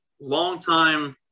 longtime